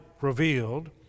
revealed